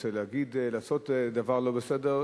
רוצה לעשות דבר לא בסדר,